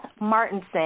Martinson